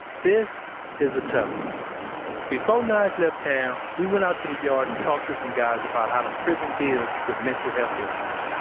this is a tough one before nige left town, we went out to the yard and talked to some guys about how the prison deals with mental health issues.